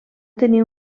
tenir